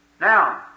Now